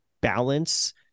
balance